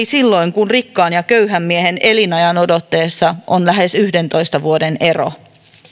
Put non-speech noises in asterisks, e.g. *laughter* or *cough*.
*unintelligible* silloin kun rikkaan ja köyhän miehen elinajanodotteessa on lähes yhdentoista vuoden ero